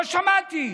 לא שמעתי,